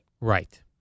Right